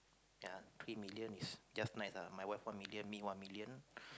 ya three million is just nice ah my wife one million me one million